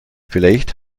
vielleicht